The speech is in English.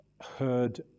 heard